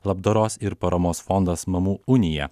labdaros ir paramos fondas mamų unija